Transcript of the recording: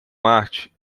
marte